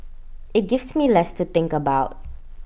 IT gives me less to think about